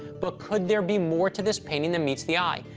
but could there be more to this painting than meets the eye?